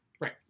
right